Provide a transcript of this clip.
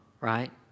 right